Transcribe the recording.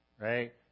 Right